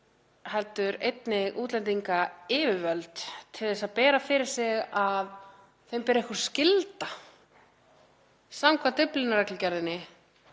heldur einnig útlendingayfirvöld til þess að bera fyrir sig að þeim beri einhver skylda samkvæmt Dyflinnarreglugerðinni